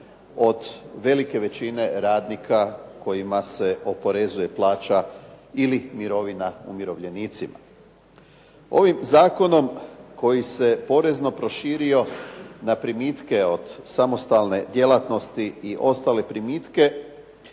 od velike većine radnika kojima se oporezuje plaća ili mirovina umirovljenicima. Ovim zakonom koji se porezno proširio na primitke od samostalne djelatnosti i ostale primitke